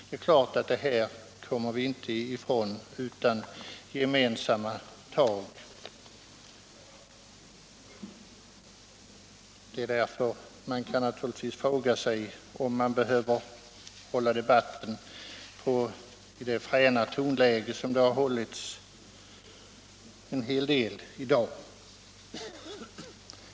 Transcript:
Det är klart att vi inte kommer ifrån de här svårigheterna utan gemensamma tag, och därför kan man naturligtvis fråga sig om man behöver föra debatten i det fräna tonläge som en hel del talare har gjort i dag.